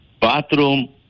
Bathroom